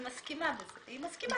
היא מסכימה אתך.